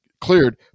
cleared